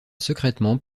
secrètement